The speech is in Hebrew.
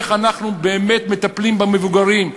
איך אנחנו באמת מטפלים במבוגרים,